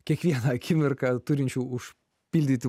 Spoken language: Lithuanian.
kiekvieną akimirką turinčių užpildyti